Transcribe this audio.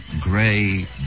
gray